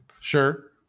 Sure